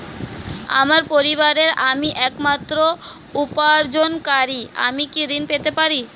আমার পরিবারের আমি একমাত্র উপার্জনকারী আমি কি ঋণ পেতে পারি?